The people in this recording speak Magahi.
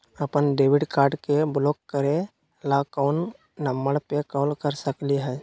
अपन डेबिट कार्ड के ब्लॉक करे ला कौन नंबर पे कॉल कर सकली हई?